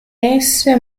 esse